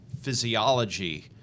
physiology